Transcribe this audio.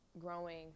growing